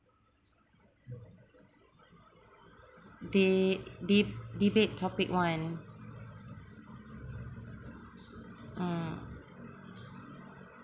they deb~ debate topic one uh